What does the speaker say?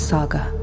Saga